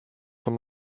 von